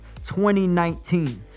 2019